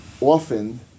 often